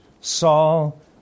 Saul